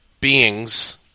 beings